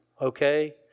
Okay